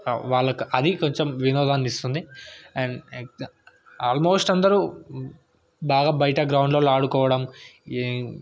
వాళ్ళకు అది కొంచెం వినోదాన్నిస్తుంది అండ్ ఆల్మోస్ట్ అందరు బాగా బయట బాగా గ్రౌండ్లల్లో ఆడుకోవడం